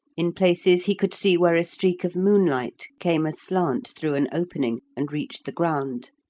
in places he could see where a streak of moonlight came aslant through an opening and reached the ground.